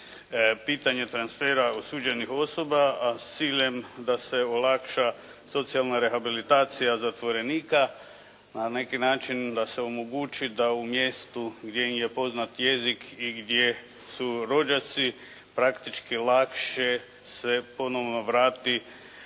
pitanje transfera osuđenih osoba a s ciljem da se olakša socijalna rehabilitacija zatvorenika, na neki način da se omogući da u mjestu gdje im je poznat jezik i gdje su rođaci praktički lakše se ponovo vrati